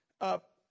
up